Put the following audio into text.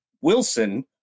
Wilson